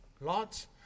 lots